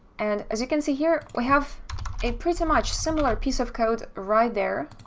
and as you can see here, we have a pretty much similar piece of code right there,